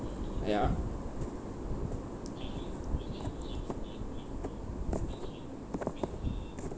ya